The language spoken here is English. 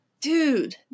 Dude